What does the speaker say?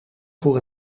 voor